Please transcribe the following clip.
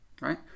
right